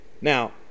Now